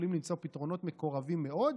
שיכולים למצוא פתרונות מקורבים מאוד,